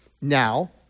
Now